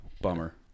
Bummer